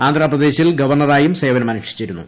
ആന്ധ്രാ പ്രദേശിൽ ഗവർണറായും സേവന മനുഷ്ഠിച്ചിരുന്നു